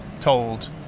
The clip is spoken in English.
told